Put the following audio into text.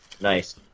Nice